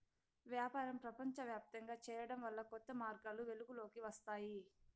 వ్యాపారం ప్రపంచవ్యాప్తంగా చేరడం వల్ల కొత్త మార్గాలు వెలుగులోకి వస్తాయి